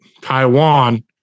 Taiwan